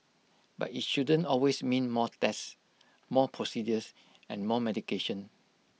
but IT shouldn't always mean more tests more procedures and more medication